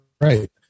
right